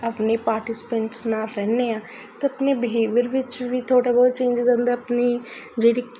ਆਪਣੇ ਪਾਰਟੀਸਪੈਂਟਸ ਨਾਲ ਰਹਿੰਦੇ ਹਾਂ ਤਾਂ ਆਪਣੇ ਬਿਹੇਵੀਅਰ ਵਿੱਚ ਵੀ ਥੋੜ੍ਹੇ ਬਹੁਤ ਚੇਂਜਿਸ ਆਉਂਦੇ ਆਪਣੀ ਜਿਹੜੀ